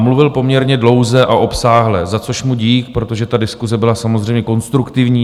Mluvil poměrně dlouze a obsáhle, za což mu dík, protože ta diskuse byla samozřejmě konstruktivní.